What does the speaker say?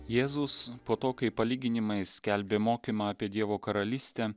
jėzus po to kai palyginimais skelbė mokymą apie dievo karalystę